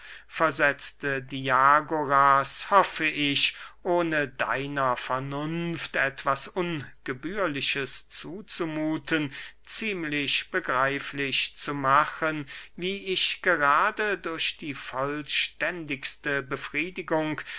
versetzte diagoras hoffe ich ohne deiner vernunft etwas ungebührliches zuzumuthen ziemlich begreiflich zu machen wie ich gerade durch die vollständigste befriedigung